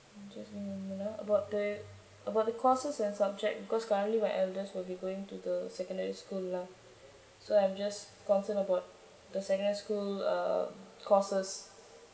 just hold on a minute about the about the courses or subject because currently my eldest will be going to the secondary school lah so I'm just concerned about the secondary school uh courses